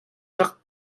rak